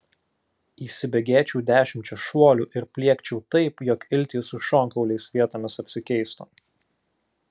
įsibėgėčiau dešimčia šuolių ir pliekčiau taip jog iltys su šonkauliais vietomis apsikeistų